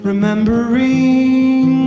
Remembering